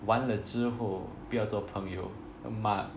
玩了之后不要做朋友骂